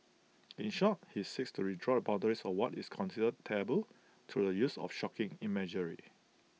in short he seeks to redraw the boundaries of what is considered taboo to the use of shocking imagery